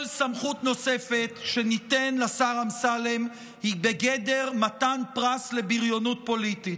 כל סמכות נוספת שניתן לשר אמסלם היא בגדר מתן פרס לבריונות פוליטית.